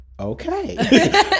okay